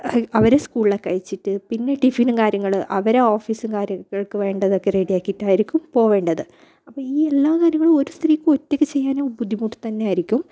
അവരെ സ്കൂളിലേക്കയച്ചിട്ട് പിന്നെ ടിഫിനും കാര്യങ്ങൾ അവരെ ഓഫീസ് കാര്യങ്ങൾക്ക് വേണ്ടതൊക്കെ റെഡി ആക്കിയിട്ടായിരിക്കും പോവേണ്ടത് അപ്പം ഈ എല്ലാ കാര്യങ്ങളും ഒരു സ്ത്രീക്ക് ഒറ്റയ്ക്ക് ചെയ്യാനും ബുദ്ധിമുട്ട് തന്നെയായിരിക്കും